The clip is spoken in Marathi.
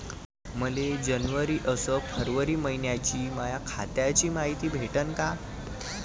मले जनवरी अस फरवरी मइन्याची माया खात्याची मायती भेटन का?